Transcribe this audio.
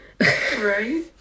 Right